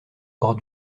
hors